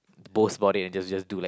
boast about it and just just do like